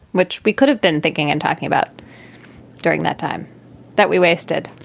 which we could have been thinking and talking about during that time that we wasted